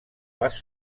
les